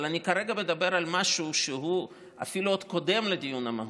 אבל אני כרגע מדבר על משהו שהוא אפילו עוד קודם לדיון המהותי,